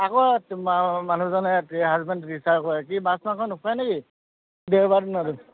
আকৌ মা মানুহজনে হাজবেণ্ড টিচাৰ কৰে কি মাছ মাংস নোখোৱাই নেকি দেওবাৰ দিনতো